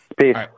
Peace